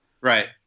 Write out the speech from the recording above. Right